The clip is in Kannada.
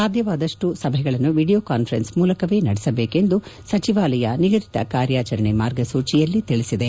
ಸಾಧ್ಯವಾದಷ್ಟು ಸಭೆಗಳನ್ನು ವಿಡಿಯೋ ಕಾನ್ಬರೆನ್ಸ್ ಮೂಲಕವೇ ನಡೆಸಬೇಕು ಎಂದು ಸಚಿವಾಲಯ ನಿಗದಿತ ಕಾರ್ಯಾಚರಣೆ ಮಾರ್ಗಸೂಚೆಯಲ್ಲಿ ತಿಳಿಸಿದೆ